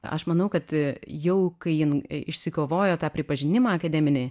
aš manau kad jau kai jin išsikovojo tą pripažinimą akademinį